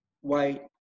white